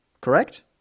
correct